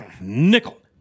nickel